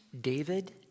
David